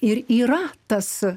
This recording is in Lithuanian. ir yra tas